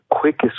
quickest